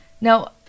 Now